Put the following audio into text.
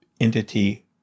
entity